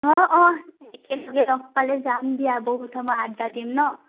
অঁ অঁ একেলগে লগ পালে যাম দিয়া বহুত সময় আদ্দা দিম ন